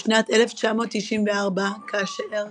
בשנת 1994, כאשר